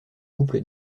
couple